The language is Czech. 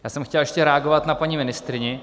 Já jsem chtěl ještě reagovat na paní ministryni.